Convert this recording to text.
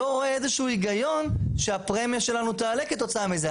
אני לא רואה איזה שהוא היגיון שהפרמיה שלנו תעלה כתוצאה מזה.